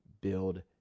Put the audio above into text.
build